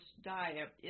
diet